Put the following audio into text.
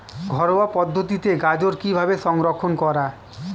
ঘরোয়া পদ্ধতিতে গাজর কিভাবে সংরক্ষণ করা?